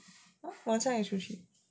晚上有出去